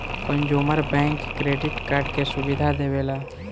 consumer bank credit card के सुविधा देवेला